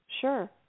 Sure